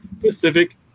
Pacific